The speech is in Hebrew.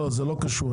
זה לא קשור.